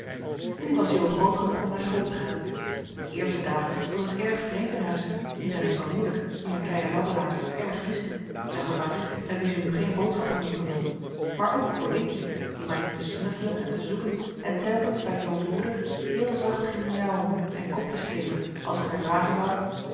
nu was jo groot genoeg om naar school te gaan de eerste dagen was het erg vreemd in huis niet alleen voor moeder die haar kleine babbelaarster erg miste en voor marie met wie ze nu geen boodhenriette van noorden weet je nog wel van toen schappen meer kon doen maar ook voor dinkie die maar liep te snuffelen en te zoeken en telkens bij jo's moeder heel zacht ging miauwen en kopjes geven alsof hij vragen wou